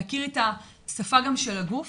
להכיר את השפה גם של הגוף